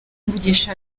mvugisha